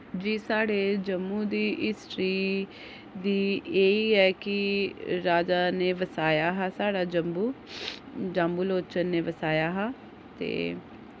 जी साढ़े जम्मू दी हिस्ट्री दी एह् ई ऐ कि राजा ने बसाया हा साढ़ा जम्मू जाम्बू लोचन ने बसाया हा ते